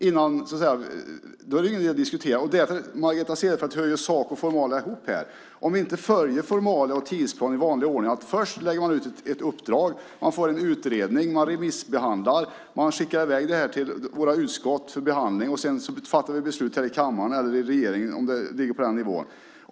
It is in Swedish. Då är det ju ingen idé att diskutera. Därför, Margareta Cederfelt, hör sak och formalia ihop. Först lägger man ut ett uppdrag. Sedan görs en utredning som därefter remissbehandlas och skickas iväg till våra utskott för behandling. Sedan fattar vi beslut här i kammaren eller i regeringen om det ligger på den nivån.